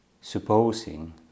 supposing